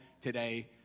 today